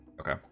Okay